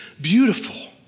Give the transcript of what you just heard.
beautiful